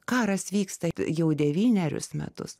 karas vyksta jau devynerius metus